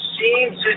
seems